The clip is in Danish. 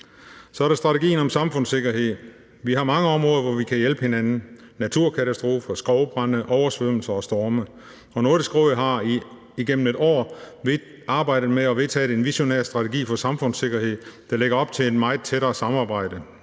Så er der strategien om samfundssikkerhed. Vi har mange områder, hvor vi kan hjælpe hinanden: naturkatastrofer, skovbrande, oversvømmelser og storme. Og Nordisk Råd har igennem et år arbejdet med og vedtaget en visionær strategi for samfundssikkerhed, der lægger op til et meget tættere samarbejde